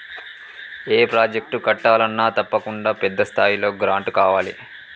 ఏ project కట్టాలన్నా తప్పకుండా పెద్ద స్థాయిలో గ్రాంటు కావాలి